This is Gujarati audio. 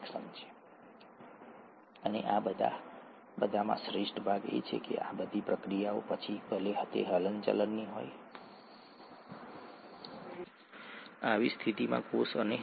સીટીએજી અને અંદર જેને આરએનએ કહેવામાં આવે છે તમારી પાસે થાઇમાઇનને બદલે યુરેસિલ છે